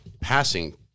passing